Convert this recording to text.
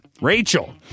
Rachel